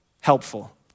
helpful